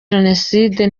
jenoside